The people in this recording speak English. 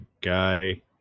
guy